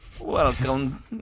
Welcome